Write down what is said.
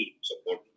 support